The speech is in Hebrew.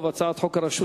הצעת חבר הכנסת אילטוב,